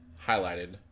highlighted